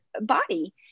body